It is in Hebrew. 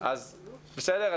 אז בסדר?